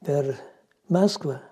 per maskvą